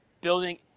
building